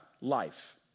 life